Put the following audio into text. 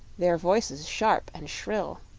their voices sharp and shrill.